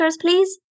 please